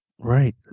Right